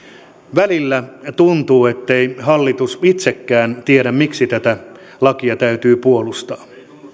välillä tuntuu ettei hallitus itsekään tiedä miksi tätä lakia täytyy puolustaa